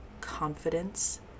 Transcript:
confidence